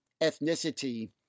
ethnicity